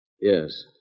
Yes